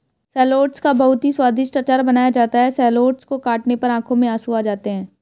shallots का बहुत ही स्वादिष्ट अचार बनाया जाता है शैलोट्स को काटने पर आंखों में आंसू आते हैं